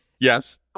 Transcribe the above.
yes